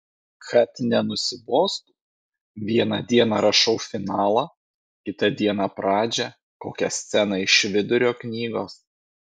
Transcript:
kad nenusibostų vieną dieną rašau finalą kitą dieną pradžią kokią sceną iš vidurio knygos